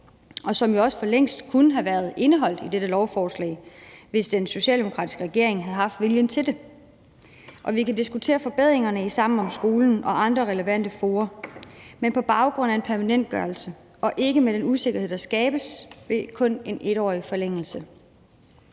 og som også forlængst kunne have været indeholdt i dette lovforslag, hvis den socialdemokratiske regering havde haft viljen til det. Vi kan diskutere forbedringerne i Sammen om skolen og andre relevante fora, men på baggrund af en permanentgørelse og ikke med den usikkerhed, der skabes ved en kun 1-årig forlængelse.